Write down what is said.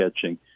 catching